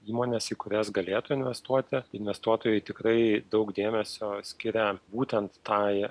įmones į kurias galėtų investuoti investuotojai tikrai daug dėmesio skiria būtent taj